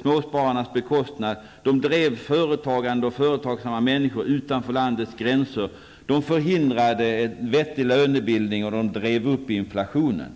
småspararnas bekostnad, de drev företagande och företagsamma människor utanför landets gränser, de förhindrade en vettig lönebildning, och de drev upp inflationen.